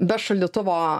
be šaldytuvo